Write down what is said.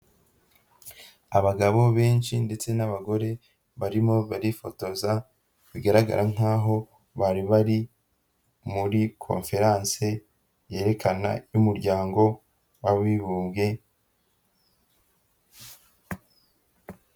Abagabo benshi ndetse n'abagore barimo barifotoza bigaragara nk'aho bari bari muri konferense yerekana y'umuryango w'abibumbye.